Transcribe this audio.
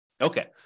Okay